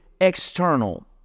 external